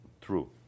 true